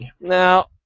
Now